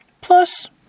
plus